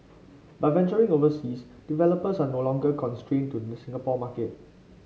by venturing overseas developers are no longer constrained to the Singapore market